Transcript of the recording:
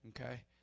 okay